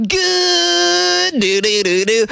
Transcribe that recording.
good